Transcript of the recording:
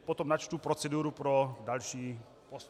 Potom načtu proceduru pro další postup.